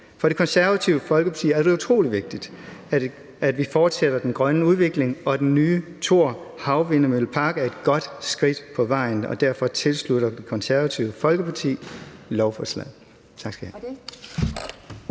For Det Konservative Folkeparti er det utrolig vigtigt, at vi fortsætter den grønne udvikling, og den nye Thor havvindmøllepark er et godt skridt på vejen. Derfor tilslutter Det Konservative Folkeparti sig lovforslaget.